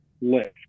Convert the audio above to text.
lift